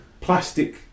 plastic